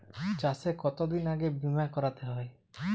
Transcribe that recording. চাষে কতদিন আগে বিমা করাতে হয়?